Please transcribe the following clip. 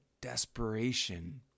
desperation